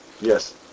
Yes